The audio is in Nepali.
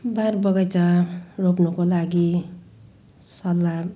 बार बगैँचा रोप्नुको लागि सल्लाह